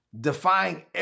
defying